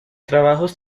trabajos